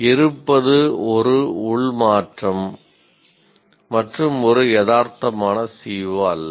இருப்பது ஒரு உள் மாற்றம் மற்றும் ஒரு யதார்த்தமான CO அல்ல